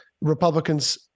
Republicans